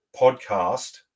podcast